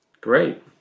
Great